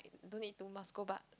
don't it do must go bark